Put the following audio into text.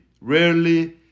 rarely